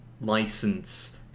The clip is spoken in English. license